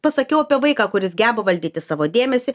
pasakiau apie vaiką kuris geba valdyti savo dėmesį